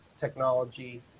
Technology